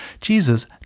Jesus